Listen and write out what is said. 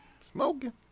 Smoking